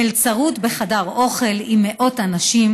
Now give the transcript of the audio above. מלצרות בחדר אוכל עם מאות אנשים,